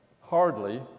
Hardly